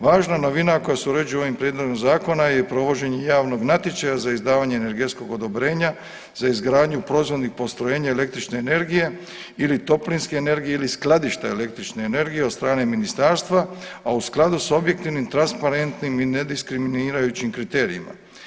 Važna novina koja se uređuje ovim Prijedlogom zakona je provođenje javnog natječaja za izdavanje energetskog odobrenja, za izgradnju proizvodih postrojenja električne energije ili toplinske energije ili skladišta električne energije od strane Ministarstva, a u skladu s objektivnim transparentnim i nediskriminirajućim kriterijima.